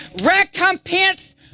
recompense